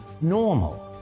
normal